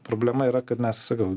problema yra kad mes sakau